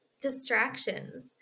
distractions